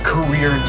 Career